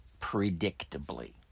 predictably